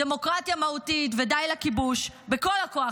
"דמוקרטיה מהותית" ו"די לכיבוש" בכל הכוח,